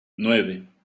nueve